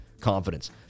confidence